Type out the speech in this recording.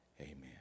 Amen